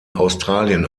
australien